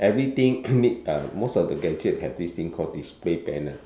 everything need a most of the gadget have this thing called display panel